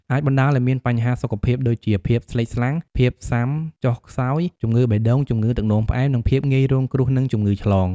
អាចបណ្តាលឱ្យមានបញ្ហាសុខភាពដូចជា ភាពស្លេកស្លាំង ភាពស៊ាំចុះខ្សោយ ជំងឺបេះដូង ជំងឺទឹកនោមផ្អែម និងភាពងាយរងគ្រោះនឹងជំងឺឆ្លង។